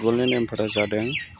फुटबलनि नेमफोरा जादों